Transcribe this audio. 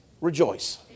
rejoice